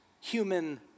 human